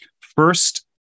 first